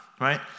right